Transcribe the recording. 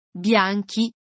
bianchi